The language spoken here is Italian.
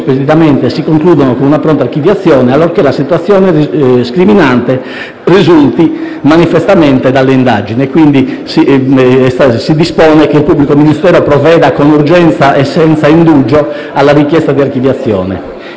si concludano con una pronta archiviazione, allorché la situazione scriminante risulti manifestamente dalle indagini, quindi si dispone che il pubblico ministero provveda con urgenza e senza indugio alla richiesta di archiviazione.